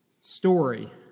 story